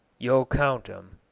you'll count em.